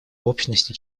общности